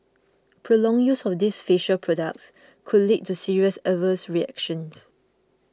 prolonged use of these facial products could lead to serious adverse reactions